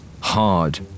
Hard